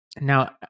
now